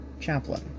chaplain